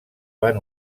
van